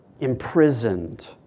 imprisoned